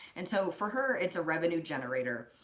and so for her, it's a revenue generator.